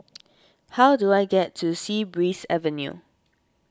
how do I get to Sea Breeze Avenue